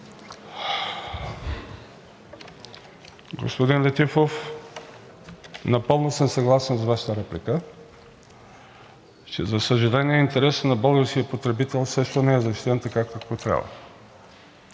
Господин Летифов, напълно съм съгласен с Вашата реплика, за съжаление, че интересът на българския потребител също не е защитен както трябва.